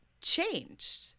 changed